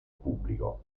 pubblico